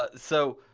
ah so,